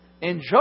Enjoy